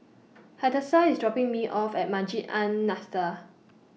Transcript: Hadassah IS dropping Me off At Masjid An Nahdhah